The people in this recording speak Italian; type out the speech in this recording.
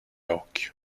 occhio